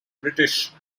british